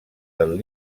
del